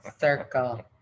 circle